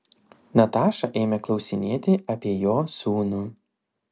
nataša ėmė klausinėti apie jo sūnų